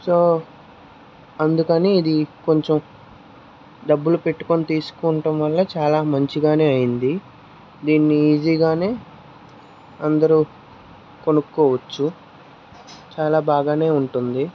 so అందుకని ఇది కొంచెం డబ్బులు పెట్టుకొని తీసుకోవటం వల్ల చాలా మంచిగానే అయ్యింది దీన్ని ఈజీగానే అందరూ కొనుక్కోవచ్చు చాలా బాగానే ఉంటుంది